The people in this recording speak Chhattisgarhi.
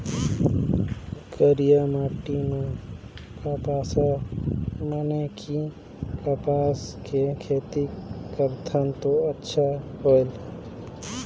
करिया माटी म कपसा माने कि कपास के खेती करथन तो अच्छा होयल?